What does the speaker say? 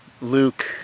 Luke